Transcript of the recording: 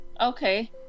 okay